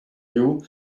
you